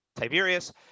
tiberius